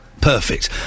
Perfect